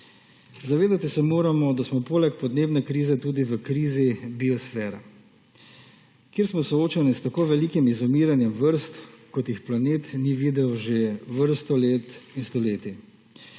Zavedati se moramo, da smo poleg podnebne krize tudi v krizi biosfere, kjer smo soočeni s tako velikim izumiranjem vrst, kot ga planet ni videl že vrsto let in stoletij.